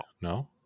No